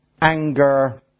anger